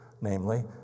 namely